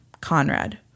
Conrad